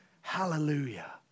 Hallelujah